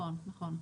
נכון.